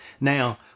Now